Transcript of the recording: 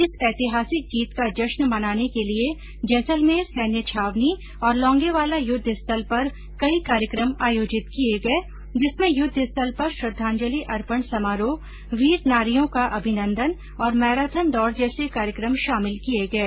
इस ऐतिहासिक जीत का जश्न मनाने के लिए जैसलमेर सैन्य छावनी और लोंगेवाला युद्ध स्थल पर कई कार्यक्रम आयोजित किए गए जिसमें युद्ध स्थल पर श्रद्वांजलि अर्पण समारोह वीर नारियों का अभिनन्दन और मैराथन दौड़ जैसे कार्यक्रम शामिल किए गए